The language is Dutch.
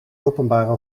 openbare